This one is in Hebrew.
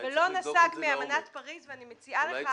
ולא נסוג מאמנת פריז ואני מציעה לך לא לפתוח את זה.